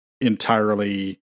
entirely